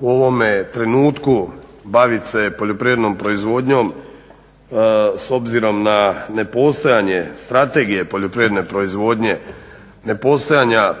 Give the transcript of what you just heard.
u ovome trenutku bavit se poljoprivrednom proizvodnjom s obzirom na nepostojanje strategije poljoprivrede proizvodnje, ne postojanja